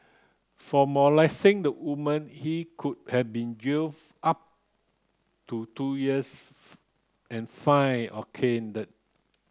for molesting the woman he could have been jail for up to two years and fine or caned